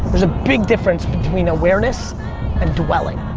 there's a big difference between awareness and dwelling.